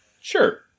sure